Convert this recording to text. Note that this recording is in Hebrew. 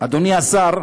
אדוני השר,